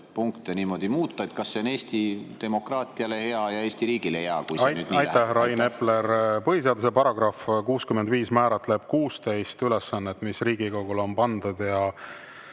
punkte niimoodi muuta? Kas see on Eesti demokraatiale hea ja Eesti riigile hea, kui see nii läheb? Aitäh, Rain Epler! Põhiseaduse § 65 määratleb 16 ülesannet, mis Riigikogule on pandud.